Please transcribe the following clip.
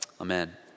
Amen